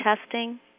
testing